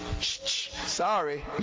Sorry